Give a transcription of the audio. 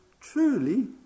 truly